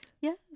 Yes